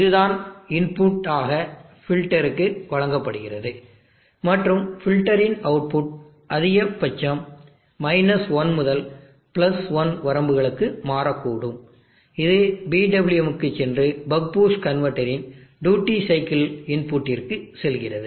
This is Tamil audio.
அது தான் இன்புட் ஆக ஃபில்டருக்கு வழங்கப்படுகிறது மற்றும் ஃபில்டரின் அவுட்புட் அதிகபட்சம் 1 முதல் 1 வரம்புகளுக்கு மாறக்கூடும் இது PWM க்குச் சென்று பக் பூஸ்ட் கன்வெர்ட்டரின் டியூட்டி சைக்கிள் இன்புட்டிற்கு செல்கிறது